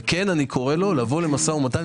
כן אני קורא לו לבוא למשא ומתן.